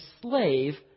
slave